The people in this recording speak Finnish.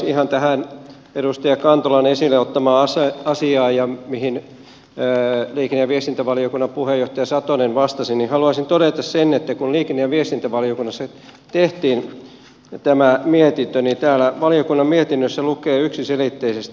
ihan tähän edustaja kantolan esille ottamaan asiaan johon liikenne ja viestintävaliokunnan puheenjohtaja satonen vastasi haluaisin todeta sen että kun liikenne ja viestintävaliokunnassa tehtiin tämä mietintö niin täällä valiokunnan mietinnössä lukee yksiselitteisesti